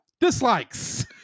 Dislikes